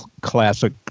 classic